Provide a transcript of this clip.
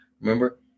Remember